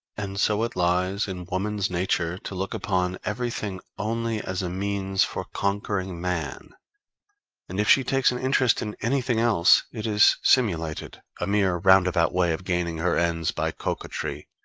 and so it lies in woman's nature to look upon everything only as a means for conquering man and if she takes an interest in anything else, it is simulated a mere roundabout way of gaining her ends by coquetry,